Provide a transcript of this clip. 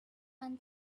and